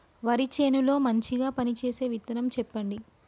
వరి చేను లో మంచిగా పనిచేసే విత్తనం చెప్పండి?